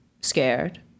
scared